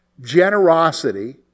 generosity